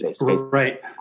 right